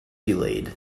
delayed